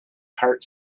heart